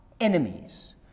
enemies